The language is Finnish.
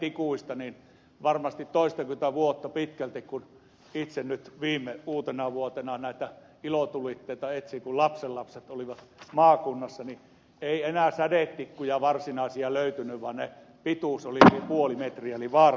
on varmasti pitkälti toistakymmentä vuotta siitä kun itse niitä edellisen kerran olin ostanut ja nyt kun viime uutenavuotena näitä ilotulitteita etsin kun lapsenlapset olivat maakunnassa niin ei enää varsinaisia sädetikkuja löytynyt vaan pituus oli yli puoli metriä eli olivat vaarallisempia